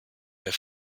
der